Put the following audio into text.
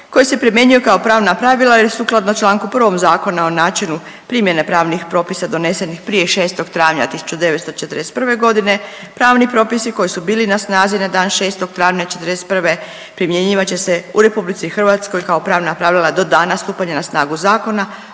koji se primjenjuje kao pravna pravila jer sukladno Članku 1. Zakona o načinu primjene pravnih propisa donesenih prije 6. travnja 1941. godine, pravni propisi koji su bili na snazi na dan 6. travnja '41. primjenjivat će se u RH kao pravna pravila do dana stupanja na snagu zakona